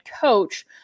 coach